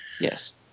Yes